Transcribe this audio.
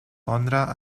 honra